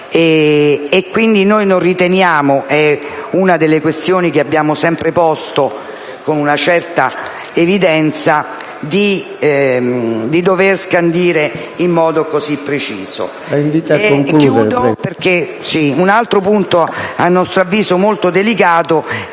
l'1.109. Noi non riteniamo - è una delle questioni che abbiamo sempre posto con una certa evidenza - di dover scandire in modo così preciso